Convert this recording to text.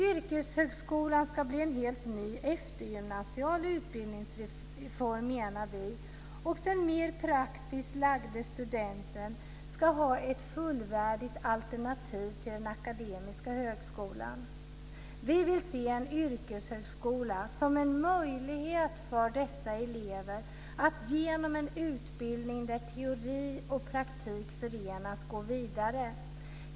Yrkeshögskolan ska bli en helt ny eftergymnasial utbildningsform, och den mer praktiskt lagde studenten ska ha ett fullvärdigt alternativ till den akademiska högskolan. Vi vill se en yrkeshögskola som en möjlighet för dessa elever att genom en utbildning där teori och praktik förenas gå vidare.